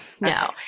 no